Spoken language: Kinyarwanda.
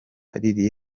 riri